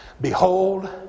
Behold